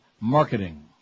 marketing